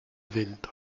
vento